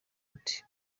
ati